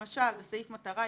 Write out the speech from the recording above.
למשל: סעיף מטרה,